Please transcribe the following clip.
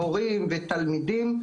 הורים ותלמידים.